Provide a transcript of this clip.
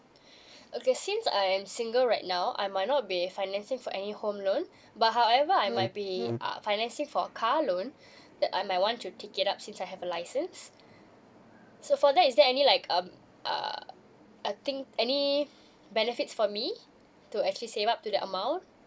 okay since I am single right now I might not be financing for any home loan but however I might be uh financing for car loan that I'm might want to take it up since I have a license so for that is there any like um uh I think any benefits for me to actually save up to the amount